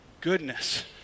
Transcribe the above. goodness